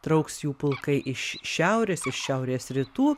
trauks jų pulkai iš šiaurės iš šiaurės rytų